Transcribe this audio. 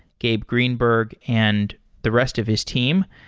gabe greenberg, and the rest of his team.